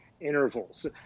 intervals